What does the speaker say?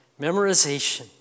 Memorization